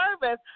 service